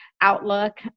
outlook